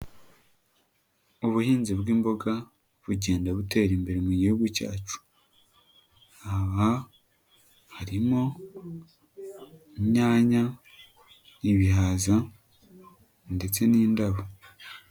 Ubuhinzi bw'imboga bugenda butera imbere mu gihugu cyacu aha harimo imyanya, ibihaza ndetse n'indabo.